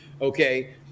Okay